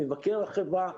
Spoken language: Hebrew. מבקר החברה,